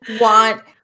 want